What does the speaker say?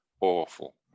awful